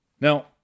Now